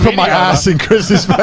but my ass in chris'